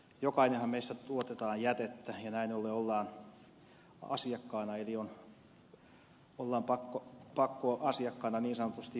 jokainenhan meistä tuottaa jätettä ja näin ollen on asiakkaana eli on pakkoasiakkaana niin sanotusti jollekin yhtiölle